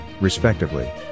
respectively